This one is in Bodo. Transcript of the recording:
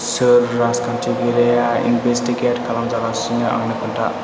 सोर राजखान्थियारिआ इनभेस्टिकेट खालामजागासिनो आंनो खोन्था